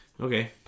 okay